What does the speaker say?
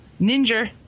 ninja